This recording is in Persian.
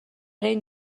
این